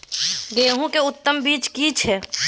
गेहूं के उत्तम बीज की छै?